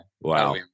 wow